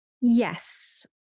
Yes